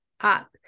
up